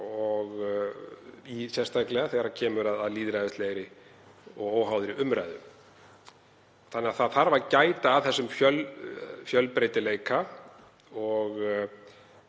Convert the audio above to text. sérstaklega þegar kemur að lýðræðislegri og óháðri umræðu. Það þarf að gæta að þessum fjölbreytileika og